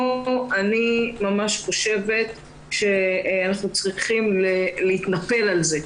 פה אני חושבת שאנחנו צריכים להתנפל על זה.